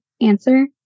answer